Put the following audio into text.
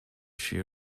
she